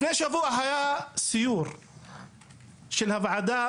לפני שבוע היה סיור של הוועדה